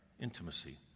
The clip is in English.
intimacy